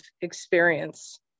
experience